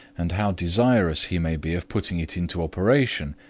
and how desirous he may be of putting it into operation,